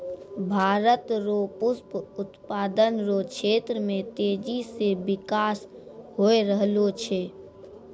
भारत रो पुष्प उत्पादन रो क्षेत्र मे तेजी से बिकास होय रहलो छै